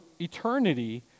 eternity